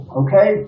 okay